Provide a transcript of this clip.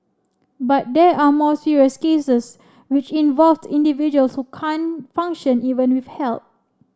but there are more serious cases which involve individuals who can't function even with help